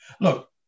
Look